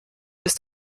ist